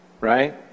Right